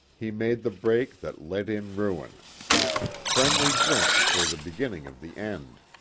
he made the break that let in ruin friendly drinks were the beginning of the end.